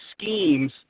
schemes